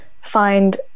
find